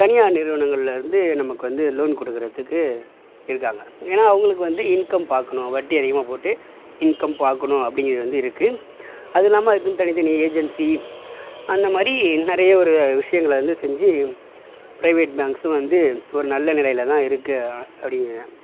தனியார் நிறுவனங்கள்லேருந்து நமக்கு வந்து லோன் குடுக்கிறத்துக்கு இருக்காங்க ஏன்னா அவங்களுக்கு வந்து இன்கம் பார்க்கணும் வட்டி அதிகமாக போட்டு இன்கம் பாக்கணும் அப்டிங்கிறது வந்து இருக்கு அதுவும் இல்லாமல் அதுக்குன்னு தனித்தனி ஏஜென்ஸி அந்த மாரி நிறைய ஒரு விஷயங்கள வந்து செஞ்சு பிரைவேட் பேங்க்ஸும் வந்து ஒரு நல்ல நிலையில் தான் இருக்கு அப்படிங்கிறேன்